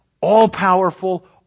all-powerful